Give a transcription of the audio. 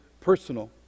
personal